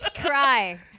cry